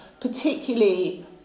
particularly